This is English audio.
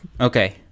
Okay